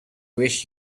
wish